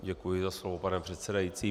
Děkuji za slovo, pane předsedající.